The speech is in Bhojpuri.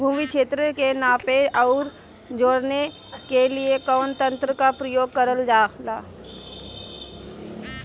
भूमि क्षेत्र के नापे आउर जोड़ने के लिए कवन तंत्र का प्रयोग करल जा ला?